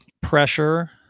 pressure